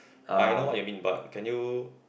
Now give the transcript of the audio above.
I know what you mean but can you